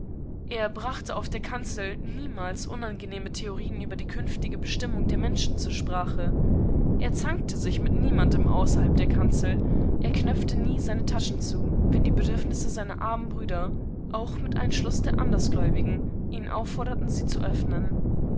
er brachte auf der kanzel niemals unangenehme theorienüberdiekünftigebestimmungdermenschenzursprache erzanktesichmit niemandem außerhalb der kanzel er knöpfte nie seine taschen zu wenn die bedürfnisse seiner armen brüder auch mit einschluß von andersgläubigen ihn aufforderten sie zu öffnen